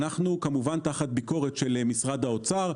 אנחנו תחת ביקורת של משרד האוצר,